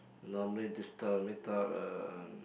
normally this type of meet up um